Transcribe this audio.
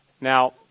Now